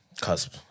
cusp